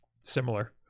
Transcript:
similar